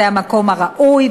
זה המקום הראוי,